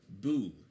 boo